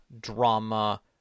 drama